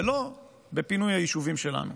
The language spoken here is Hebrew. ולא בפינוי היישובים שלנו.